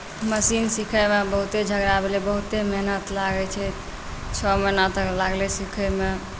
machine सीखयमे बहुते झगड़ा भेलै बहुते मेहनत लागैत छै छओ महीना तक लागलै सीखयमे